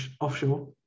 offshore